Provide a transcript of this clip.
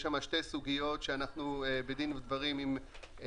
יש שם שתי סוגיות ואנחנו בדין ודברים עם המערכת,